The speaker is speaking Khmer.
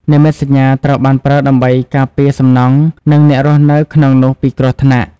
និមិត្តសញ្ញា ត្រូវបានប្រើដើម្បីការពារសំណង់ និងអ្នករស់នៅក្នុងនោះពីគ្រោះថ្នាក់។